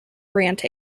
grant